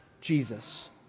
Jesus